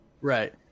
Right